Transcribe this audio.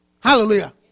hallelujah